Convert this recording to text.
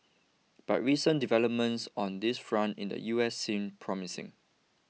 but recent developments on this front in the US seem promising